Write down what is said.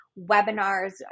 webinars